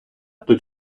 тут